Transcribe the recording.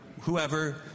whoever